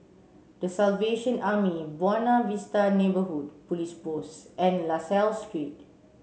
The Salvation Army Buona Vista Neighbourhood Police Post and La Salle Street